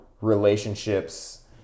relationships